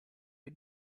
you